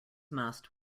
must